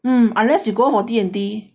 um unless you go D and T